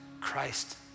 Christ